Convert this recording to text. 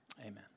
Amen